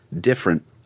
different